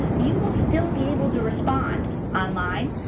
you will still be able to respond online,